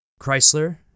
Chrysler